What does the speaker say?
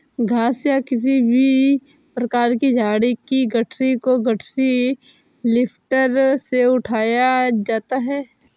घास या किसी भी प्रकार की झाड़ी की गठरी को गठरी लिफ्टर से उठाया जाता है